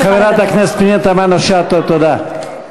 חברת הכנסת פנינה תמנו-שטה, תודה.